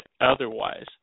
otherwise